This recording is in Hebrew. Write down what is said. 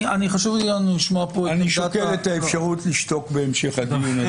חשוב לי לשמוע את עמדת --- אני שוקל את האפשרות לשתוק בהמשך הדיון,